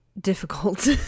difficult